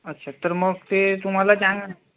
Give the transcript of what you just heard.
अच्छा तर मग ते तुम्हाला चांगलं